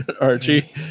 Archie